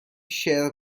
شعر